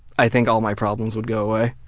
i think all my problems would go away.